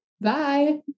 bye